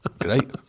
great